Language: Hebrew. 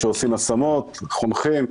אנשים שעושים השמות, חונכים,